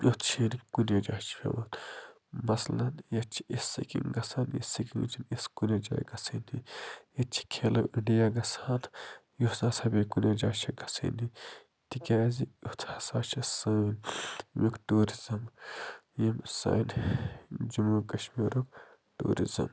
یُتھ شیٖن نہٕ کُنی جایہِ چھِ پیوٚمُت مثلاً یَتھ چھِ یِژھ سِکیٖنگ گژھان یِژھ سِکیٖنگ چھِنہٕ یِژھ کُنی جایہِ گژھٲنی ییتہِ چھِ کھیلو اِنڈِیا گژھان یُس نہٕ ہسا بیٚیہِ کُنی جایہِ چھِنہٕ گژھٲنی تِکیٛازِ ایُتھ ہسا چھِ سٲنۍ ییٚمیُک ٹُوٗرِزِم یِم سٲنۍ جموں کشمیٖرُک ٹُوٗرِزٕم